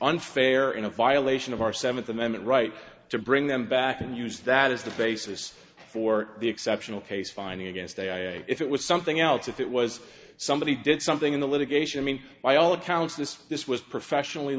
a violation of our seventh amendment right to bring them back and use that as the basis for the exceptional case finding against ai if it was something else if it was somebody did something in the litigation mean by all accounts this this was professionally